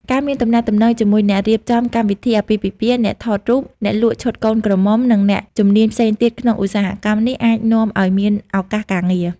ការមានទំនាក់ទំនងជាមួយអ្នករៀបចំកម្មវិធីអាពាហ៍ពិពាហ៍ អ្នកថតរូប អ្នកលក់ឈុតកូនក្រមុំ និងអ្នកជំនាញផ្សេងទៀតក្នុងឧស្សាហកម្មនេះអាចនាំឱ្យមានឱកាសការងារ។